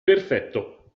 perfetto